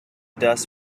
dust